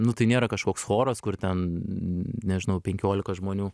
nu tai nėra kažkoks choras kur ten nežinau penkiolika žmonių